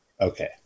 Okay